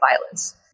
violence